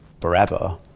forever